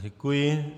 Děkuji.